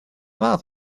fath